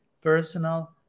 personal